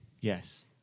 Yes